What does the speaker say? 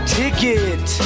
ticket